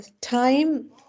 time